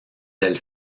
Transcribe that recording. del